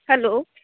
hello